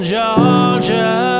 Georgia